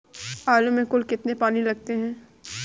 आलू में कुल कितने पानी लगते हैं?